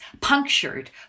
punctured